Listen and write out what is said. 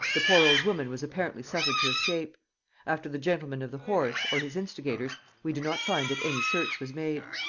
the poor old woman was apparently suffered to escape after the gentleman of the horse, or his instigators, we do not find that any search was made.